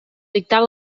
dictar